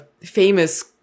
famous